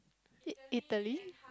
it Italy